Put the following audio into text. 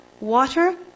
Water